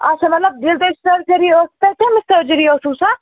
اَچھا مطلب ییٚلہِ تۅہہِ سٔرجٔری ٲس تۄہہِ کٔمِچ سٔرجٔری ٲسوٕ سۄ